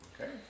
Okay